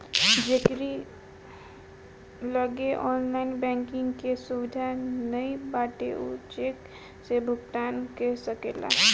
जेकरी लगे online banking कअ सुविधा नाइ बाटे उ चेक से भुगतान कअ सकेला